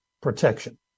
protection